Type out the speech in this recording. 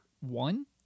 one